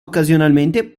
occasionalmente